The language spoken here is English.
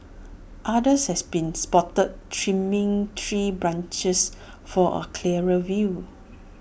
others has been spotted trimming tree branches for A clearer view